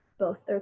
both?